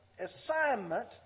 assignment